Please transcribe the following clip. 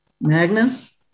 Magnus